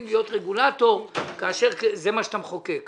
להיות רגולטור כאשר זה מה שאתה מחוקק כאן.